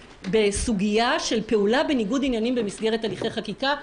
בסוגייה של פעולה בניגוד עניינים במסגרת הליכי חקיקה.